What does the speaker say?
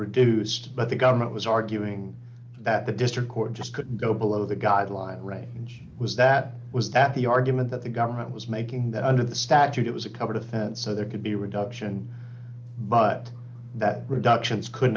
reduced but the government was arguing that the district court just couldn't go below the guidelines range was that was that the argument that the government was making that under the statute it was a covered offense so there could be reduction but that reductions could